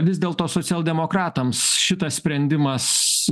vis dėlto socialdemokratams šitas sprendimas